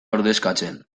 ordezkatzen